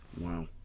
wow